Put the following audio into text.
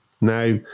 Now